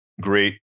great